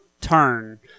turn